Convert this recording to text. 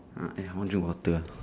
ah eh I want drink water